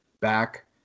back